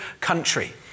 country